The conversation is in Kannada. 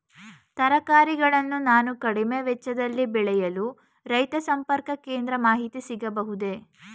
ತರಕಾರಿಗಳನ್ನು ನಾನು ಕಡಿಮೆ ವೆಚ್ಚದಲ್ಲಿ ಬೆಳೆಯಲು ರೈತ ಸಂಪರ್ಕ ಕೇಂದ್ರದ ಮಾಹಿತಿ ಸಿಗಬಹುದೇ?